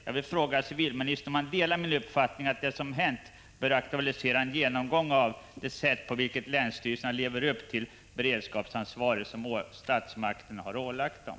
Jag vill fråga civilministern om han delar min uppfattning att det som hänt bör aktualisera en genomgång av det sätt på vilket länsstyrelserna lever upp till det beredskapsansvar som statsmakterna har ålagt dem.